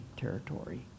territory